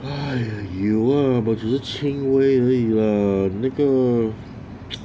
有啦 but 只是轻微而已啦那个